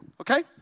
Okay